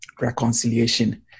reconciliation